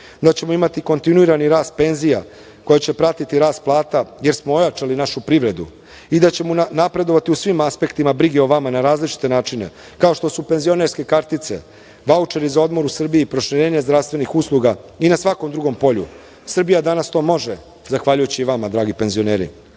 da ćemo imati kontinuirani rast penzija koja će pratiti rast plata, jer smo ojačali našu privredu i da ćemo napredovati u svim aspektima brige o vama na različite načine, kao što su penzionerske kartice, vaučeri za odmor u Srbiji, proširenje zdravstvenih usluga i na svakom drugom polju. Srbija danas to može zahvaljujući vama, dragi penzioneri. Program